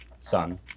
son